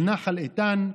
לנחל איתן,